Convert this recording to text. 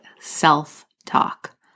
self-talk